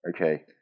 Okay